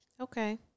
okay